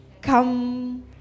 come